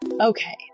okay